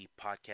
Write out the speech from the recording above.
Podcast